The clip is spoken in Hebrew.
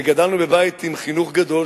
וגדלנו בבית עם חינוך חזק,